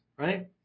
Right